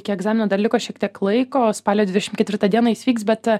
iki egzamino dar liko šiek tiek laiko spalio dvidešim ketvirtą dieną jis vyks bet